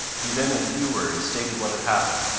he then, in a few words, stated what had happened,